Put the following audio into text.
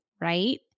right